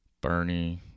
Bernie